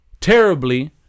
terribly